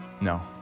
No